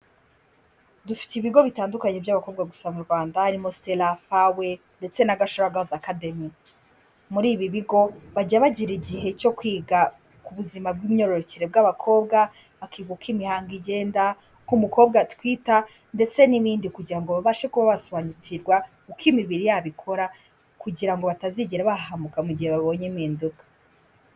Dufite ibigo bitandukanye by'abakobwa gusa mu Rwanda harimo Stella, Fawe ndetse na Gashira Gaz Academy, muri ibi bigo bajya bagira igihe cyo kwiga ku buzima bw'imyororokere bw'abakobwa bakiga uko imihango igenda, uko umukobwa atwita, ndetse n'ibindi kugira ngo babashe kuba basobanukirwa uko imibiri yabo ikora kugira ngo batazigera bahahamuka mu gihe babonye impinduka.